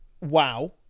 wow